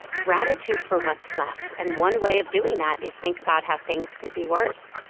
gratitude for what's left. and one way of doing that is think about how things could be worse.